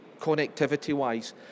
connectivity-wise